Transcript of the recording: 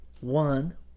one—